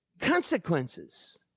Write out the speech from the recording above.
Consequences